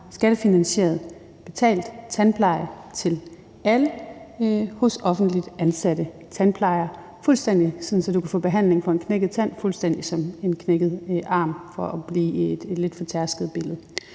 skattefinansieret, betalt tandpleje til alle hos offentligt ansatte tandplejere, sådan at du kan få behandling for en knækket tand fuldstændig som med en knækket arm, for at blive i et lidt fortærsket billede.